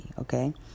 Okay